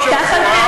אני מצטערת,